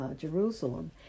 Jerusalem